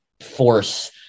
force